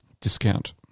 Discount